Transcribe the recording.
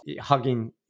hugging